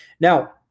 now